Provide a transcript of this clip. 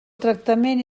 tractament